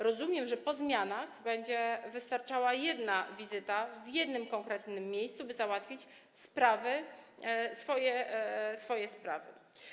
Rozumiem, że po zmianach będzie wystarczała jedna wizyta w jednym konkretnym miejscu, by załatwić swoje sprawy.